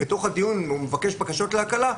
בתוך הדיון והוא מבקש בקשות להקלה,